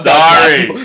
sorry